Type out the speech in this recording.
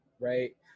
right